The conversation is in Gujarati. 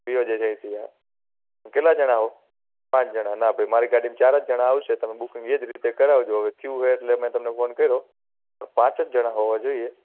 હું વિયો જઇશ અહીંથી કેટલાં જણા છો પાંચ જણ ના ભાઈ મારી ગાડીમાં ચાર જ જણા આવશે તમે બૂકિંગ એ જ રીતે કરાવજો હવે થયું છે એટલે મેં તમને ફોન કર્યો પાંચ જ જણ હોવા જોઈએ